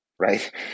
right